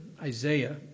Isaiah